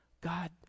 God